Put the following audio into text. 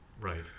Right